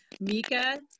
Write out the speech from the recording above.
Mika